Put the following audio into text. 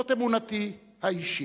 זאת אמונתי האישית.